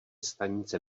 stanice